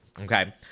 okay